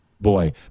boy